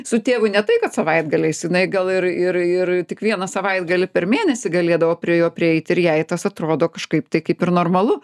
su tėvu ne tai kad savaitgaliais jinai gal ir ir ir tik vieną savaitgalį per mėnesį galėdavo prie jo prieiti ir jai tas atrodo kažkaip tai kaip ir normalu